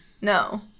No